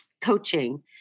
coaching